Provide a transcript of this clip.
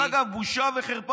דרך אגב, בושה וחרפה.